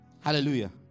Hallelujah